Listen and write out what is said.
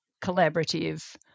collaborative